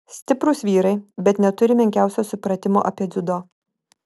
stiprūs vyrai bet neturi menkiausio supratimo apie dziudo